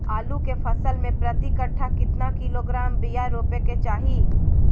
आलू के फसल में प्रति कट्ठा कितना किलोग्राम बिया रोपे के चाहि?